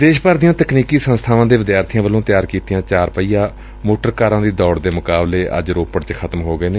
ਦੇਸ਼ ਭਰ ਦੀਆਂ ਤਕਨੀਕੀ ਸੰਸਬਾਵਾਂ ਦੇ ਵਿਦਿਆਰਬੀਆਂ ਵੱਲੋਂ ਤਿਆਰ ਕੀਤੀਆਂ ਚਾਰ ਪਹੀਆ ਮੋਟਰ ਕਾਰਾਂ ਦੀ ਦੌੜ ਦੇ ਮੁਕਾਬਲੇ ਅੱਜ ਰੋਪੜ ਚ ਖਤਮ ਹੋ ਗਏ ਨੇ